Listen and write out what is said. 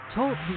Talk